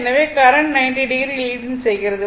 எனவே current 90o leading செய்கிறது